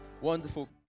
Wonderful